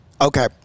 Okay